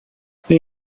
they